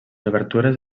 obertures